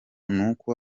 n’uko